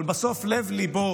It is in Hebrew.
אבל בסוף לב-ליבו